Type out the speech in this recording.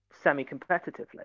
semi-competitively